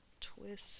Twist